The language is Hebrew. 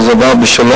וזה עבר בשלום.